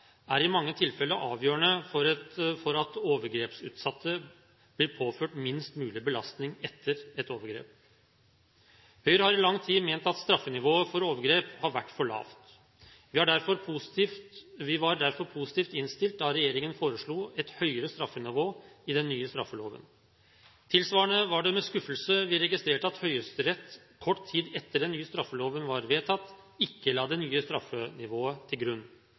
er i mange tilfeller avgjørende for at overgrepsutsatte blir påført minst mulig belastning etter et overgrep. Høyre har i lang tid ment at straffenivået for overgrep har vært for lavt. Vi var derfor positivt innstilt da regjeringen foreslo et høyere straffenivå i den nye straffeloven. Tilsvarende var det med skuffelse vi registrerte at Høyesterett kort tid etter at den nye straffeloven var vedtatt, ikke la det nye straffenivået til grunn,